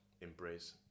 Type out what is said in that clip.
embrace